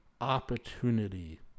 opportunity